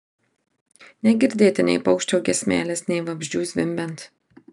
negirdėti nei paukščio giesmelės nei vabzdžių zvimbiant